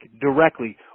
directly